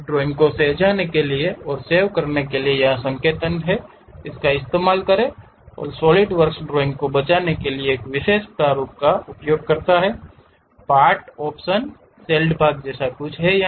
अब ड्राइंग को सहेजने के लिए यहाँ संकेतन इसलिए है क्योंकि सॉलिडवर्क्स ड्राइंग को बचाने के लिए एक विशेष प्रारूप का उपयोग करता है पार्ट ऑप्शन शेल्ड भाग जैसा कुछ है